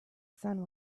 sun